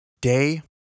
Day